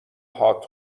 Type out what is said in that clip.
هات